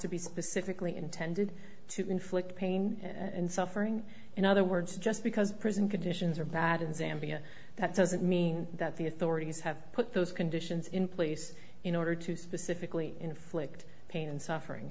to be specifically intended to inflict pain and suffering in other words just because prison conditions are bad in zambia that doesn't mean that the authorities have put those conditions in place in order to specifically inflict pain and suffering